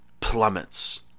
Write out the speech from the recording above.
plummets